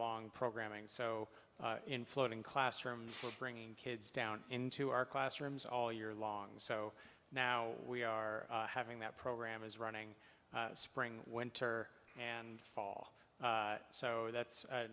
long programming so in floating classrooms were bringing kids down into our classrooms all year long so now we are having that program is running spring winter and fall so that's a